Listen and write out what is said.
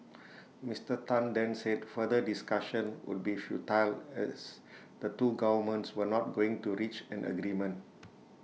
Mister Tan then said further discussion would be futile as the two governments were not going to reach an agreement